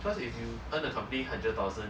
because if you earn the company hundred thousand